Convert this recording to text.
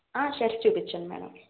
shirts చూపించండి madam